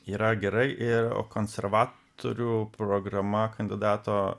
yra gerai ir konservatorių programa kandidato